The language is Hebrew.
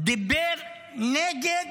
דיבר נגד